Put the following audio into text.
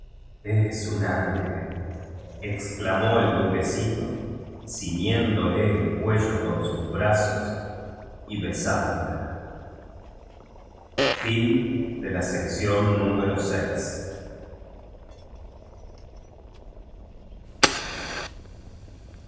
eres un angel exclamó el duquesito ciñen dolé el cuello con sus brazos y besán